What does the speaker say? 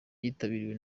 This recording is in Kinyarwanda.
yitabiriwe